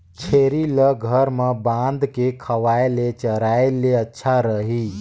छेरी ल घर म बांध के खवाय ले चराय ले अच्छा रही?